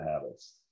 habits